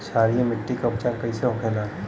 क्षारीय मिट्टी का उपचार कैसे होखे ला?